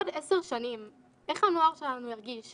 בעוד עשר שנים איך הנוער שלנו ירגיש?